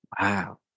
Wow